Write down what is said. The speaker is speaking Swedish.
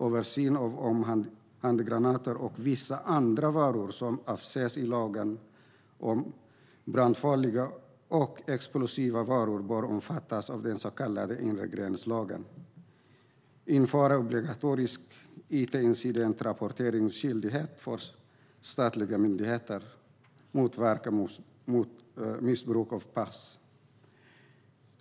översyn av ifall handgranater och vissa andra varor som avses i lagen om brandfarliga och explosiva varor bör omfattas av den så kallade inregränslagen, införande av obligatorisk it-incidentrapporteringsskyldighet för statliga myndigheter samt motverkande av missbruk av pass.